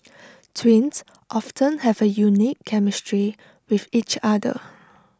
twins often have A unique chemistry with each other